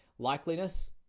Likeliness